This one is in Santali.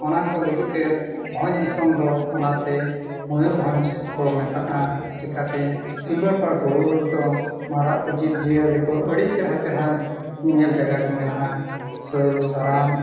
ᱚᱱᱟ ᱠᱚ ᱞᱟᱹᱜᱤᱫ ᱛᱮ ᱵᱷᱚᱸᱡᱽ ᱫᱤᱥᱚᱢ ᱫᱚ ᱚᱱᱟᱛᱮ ᱢᱚᱭᱩᱨᱵᱷᱚᱸᱡᱽ ᱠᱚ ᱢᱮᱛᱟᱜᱼᱟ ᱪᱤᱠᱟᱹᱛᱮ ᱥᱤᱢᱟᱹᱲᱯᱟᱲ ᱵᱩᱨᱩ ᱨᱮᱫᱚ ᱢᱟᱨᱟᱜ ᱠᱚ ᱡᱤᱵᱽᱼᱡᱤᱭᱟᱹᱞᱤ ᱠᱚ ᱟᱹᱰᱤ ᱪᱮᱦᱨᱟ ᱪᱮᱦᱨᱟᱱ ᱧᱮᱧᱮᱞ ᱡᱟᱭᱜᱟ ᱠᱚ ᱢᱮᱱᱟᱜᱼᱟ ᱥᱟᱹᱞ ᱥᱟᱨᱟᱢ